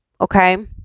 Okay